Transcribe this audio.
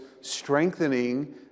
strengthening